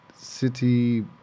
city